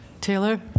Taylor